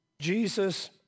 Jesus